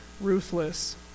ruthless